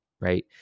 right